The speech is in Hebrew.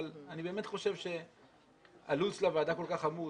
אבל אני באמת חושב שהלו"ז של הוועדה כל כך עמוס.